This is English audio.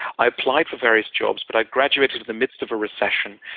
i applied for various jobs, but i graduated in the midst of a recession.